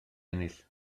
ennill